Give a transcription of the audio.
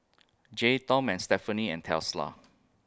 Jays Tom and Stephanie and Tesla